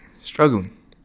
struggling